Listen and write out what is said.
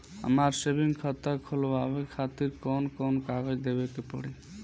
हमार सेविंग खाता खोलवावे खातिर कौन कौन कागज देवे के पड़ी?